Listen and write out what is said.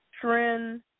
Trend